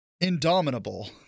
indomitable